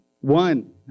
One